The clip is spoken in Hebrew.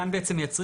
כאן בעצם מייצרים,